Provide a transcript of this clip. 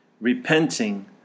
repenting